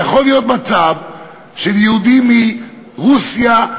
יכול להיות מצב שליהודי מרוסיה,